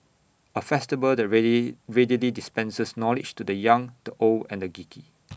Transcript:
A festival that ready readily dispenses knowledge to the young the old and the geeky